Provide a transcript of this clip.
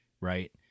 right